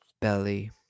Belly